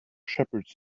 shepherds